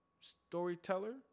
storyteller